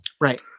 right